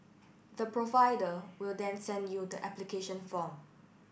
the provider will then send you the application form